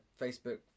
Facebook